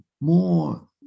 more